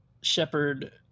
shepherd